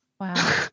wow